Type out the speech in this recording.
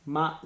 ma